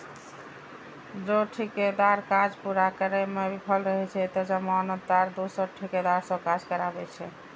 जौं ठेकेदार काज पूरा करै मे विफल रहै छै, ते जमानतदार दोसर ठेकेदार सं काज कराबै छै